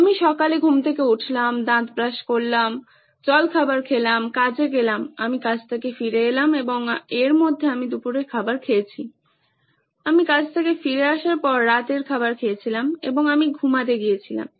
আমি সকালে ঘুম থেকে উঠলাম দাঁত ব্রাশ করলাম জলখাবার খেলাম কাজে গেলাম আমি কাজ থেকে ফিরে এলাম এবং এর মধ্যে আমি দুপুরের খাবার খেয়েছি আমি কাজ থেকে ফিরে আসার পর রাতের খাবার খেয়েছিলাম এবং আমি ঘুমাতে গিয়েছিলাম